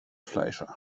fleischer